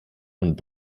und